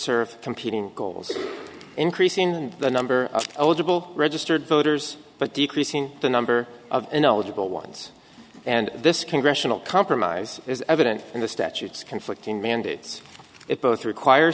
serve competing goals increasing the number of eligible registered voters but decreasing the number of a knowledgeable ones and this congressional compromise is evident in the statutes conflicting mandates that both require